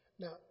Now